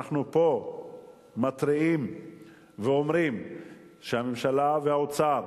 אנחנו פה מתריעים ואומרים שהממשלה והאוצר